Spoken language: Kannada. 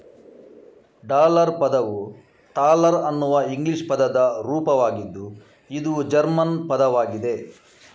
ಡಾಲರ್ ಪದವು ಥಾಲರ್ ಅನ್ನುವ ಇಂಗ್ಲಿಷ್ ಪದದ ರೂಪವಾಗಿದ್ದು ಇದು ಜರ್ಮನ್ ಪದವಾಗಿದೆ